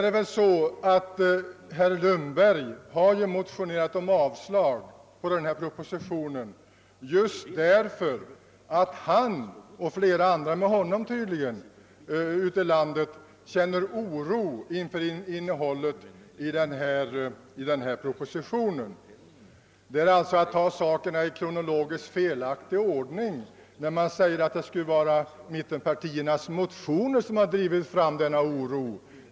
Herr Lundberg har motionerat om avslag på denna proposition just därför att han och med honom tydligen många medborgare i landet känner oro för innehållet i propositionen. Man tar alltså sakerna i kronologiskt felaktig ordning när man säger, att det är mittenpartiernas motion som förorsakat denna oro.